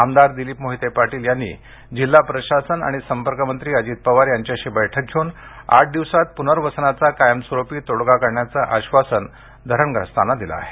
आमदार दिलीप मोहिते पाटील यांनी जिल्हा प्रशासन आणि संपर्कमंत्री अजित पवार यांच्याशी बैठक घेऊन आठ दिवसात प्नर्वसनाचा कायमस्वरुपी तोडगा काढण्याचे आश्वासन धरणग्रस्तांना दिले आहे